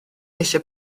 eisiau